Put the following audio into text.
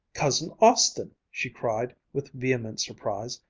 cousin austin! she cried with vehement surprise,